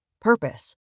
Purpose